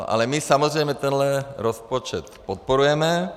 Ale my samozřejmě tenhle rozpočet podporujeme.